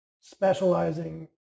specializing